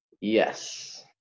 Yes